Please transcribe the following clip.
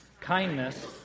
kindness